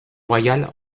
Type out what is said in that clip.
royal